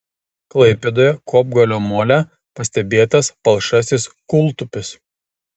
klaipėdoje kopgalio mole pastebėtas palšasis kūltupis